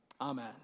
amen